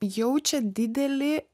jaučia didelį